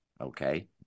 okay